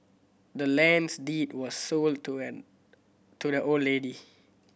the land's deed was sold to an to the old lady